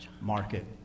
market